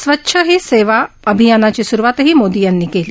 स्वच्छ ही सव्वा अभियानाची सुरुवातही मोदी यांनी केली